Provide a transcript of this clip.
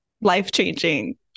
life-changing